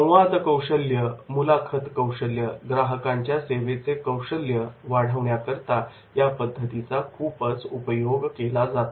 संवाद कौशल्य मुलाखत कौशल्य ग्राहकांच्या सेवेचे कौशल्य वाढवण्याकरता या पद्धतीचा खूपच उपयोग केला जातो